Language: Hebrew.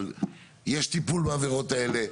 אבל יש טיפול בעבירות האלה?